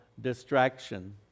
distraction